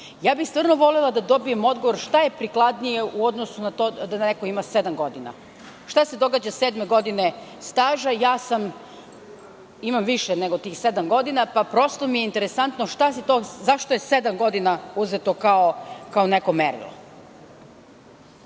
bih volela da dobijem odgovor šta je prikladnije u odnosu na to da neko sedam godina? Šta se događa sedme godine staža? Imam više nego tih sedam godina, pa prosto mi je interesantno zašto je sedam godina uzeto kao neko merilo?